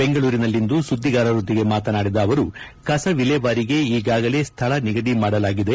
ಬೆಂಗಳೂರಿನಲ್ಲಿಂದು ಸುದ್ದಿಗಾರರೊಂದಿಗೆ ಮಾತನಾಡಿದ ಅವರು ಕಸ ವಿಲೇವಾರಿಗೆ ಈಗಾಗಲೇ ಸ್ಥಳ ನಿಗದಿ ಮಾಡಲಾಗಿದೆ